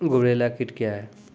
गुबरैला कीट क्या हैं?